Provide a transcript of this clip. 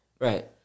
Right